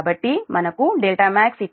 కాబట్టి మనకు δmax ఇది ఒక 2